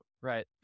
Right